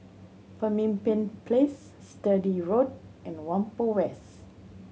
Pemimpin Place Sturdee Road and Whampoa West